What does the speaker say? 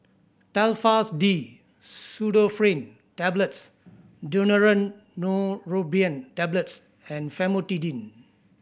Telfast D Pseudoephrine Tablets Daneuron Neurobion Tablets and Famotidine